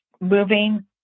moving